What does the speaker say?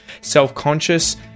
self-conscious